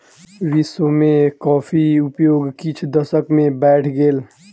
विश्व में कॉफ़ीक उपयोग किछ दशक में बैढ़ गेल